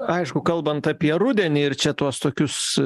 aišku kalbant apie rudenį ir čia tuos tokius